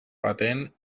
patent